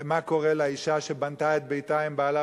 מה קורה לאשה שבנתה את ביתה עם בעלה